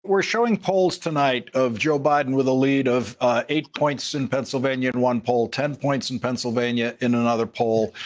we're showing polls tonight of joe biden with a lead of eight points in pennsylvania in one poll, ten points in pennsylvania in another poll.